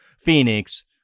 Phoenix